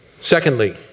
Secondly